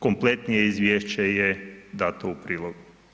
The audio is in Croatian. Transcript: Kompletnije izvješće je dato u prilog.